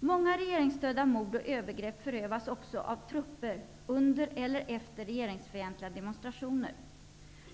Många regeringsstödda mord och övergrepp förövas också av trupper under eller efter regeringsfientliga demonstrationer.